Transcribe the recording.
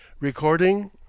recording